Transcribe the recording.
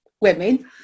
women